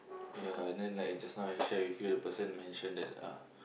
ya and then like just now I share with you the person mention that uh